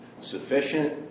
sufficient